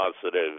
positive